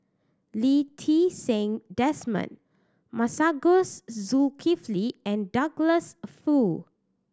Lee Ti Seng Desmond Masagos Zulkifli and Douglas Foo